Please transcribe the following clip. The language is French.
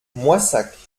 moissac